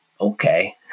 okay